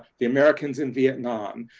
the americans in vietnam.